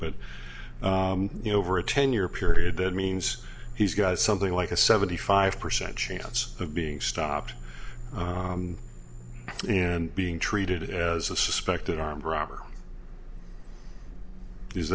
but you know over a ten year period that means he's got something like a seventy five percent chance of being stopped and being treated as a suspected armed robber is